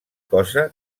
cosa